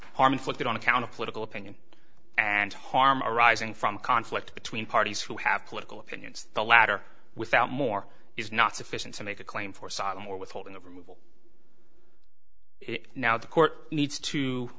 harm inflicted on account of political opinion and harm arising from conflict between parties who have political opinions the latter without more is not sufficient to make a claim for saddam or withholding of it now the court needs to